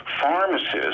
pharmacists